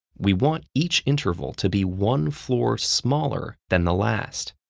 we want each interval to be one floor smaller than the last.